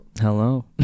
Hello